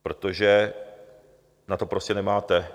Protože na to prostě nemáte.